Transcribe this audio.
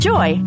Joy